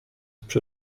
przy